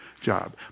job